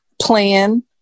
plan